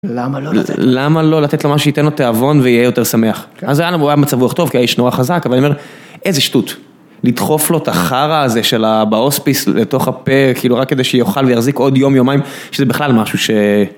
למה לא לתת לו מה שייתן לו תיאבון ויהיה יותר שמח. אז היה לו מצברוח טוב כי היה איש נורא חזק, אבל איזה שטות. לדחוף לו את החרא הזה בהוספיס לתוך הפה, כאילו רק כדי שיוכל ויחזיק עוד יום יומיים, שזה בכלל משהו ש...